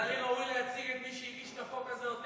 נראה לי ראוי להציג את מי שהגיש את החוק הזה עוד